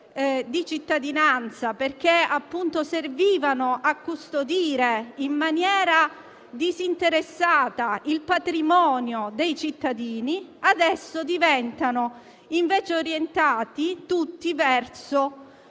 di cittadinanza, perché servivano a custodire in maniera disinteressata il patrimonio dei cittadini, adesso vengono orientati verso